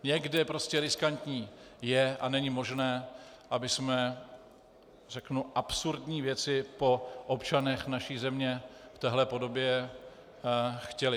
Někde prostě riskantní je a není možné, abychom, řeknu, absurdní věci po občanech naší země v téhle podobě chtěli.